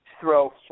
throw –